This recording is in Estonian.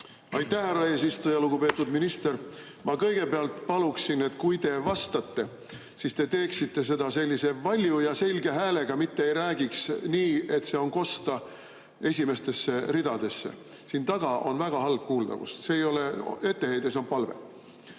Aitäh, härra eesistuja! Lugupeetud minister! Ma kõigepealt palun, et kui te vastate, siis tehke seda sellise valju ja selge häälega, mitte ärge rääkige nii, et see on kosta vaid esimestesse ridadesse. Siin taga on väga halb kuuldavus. See ei ole etteheide, vaid